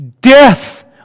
death